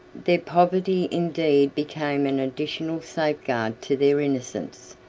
their poverty indeed became an additional safeguard to their innocence.